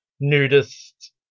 nudist